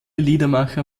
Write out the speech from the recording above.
liedermacher